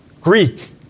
Greek